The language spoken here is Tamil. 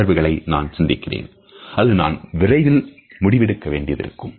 சில உணர்வுகளை நான் சிந்திக்கிறேன் அல்லது நான் விரைவில் முடிவு எடுக்க வேண்டியிருக்கும்